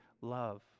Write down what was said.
love